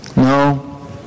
No